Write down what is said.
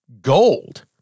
gold